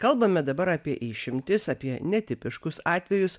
kalbame dabar apie išimtis apie netipiškus atvejus